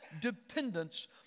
dependence